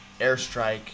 airstrike